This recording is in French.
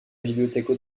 bibliothèque